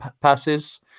passes